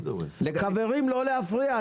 חברים לא להפריע,